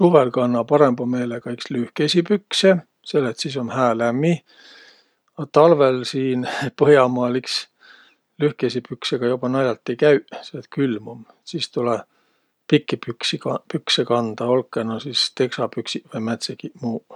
Suvõl kanna parõmba meelega iks lühkeisi pükse, sell et sis um hää, lämmi. A talvõl siin, Põh'amaal, lühkeisi püksega iks nal'alt ei käüq, selle et külm um. Sis tulõ pikki püksi ka- pükse kandaq, olkõq nuuq sis teksapüksiq vai määntsegiq muuq.